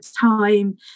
time